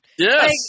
Yes